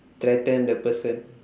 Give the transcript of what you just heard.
threaten the person